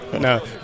no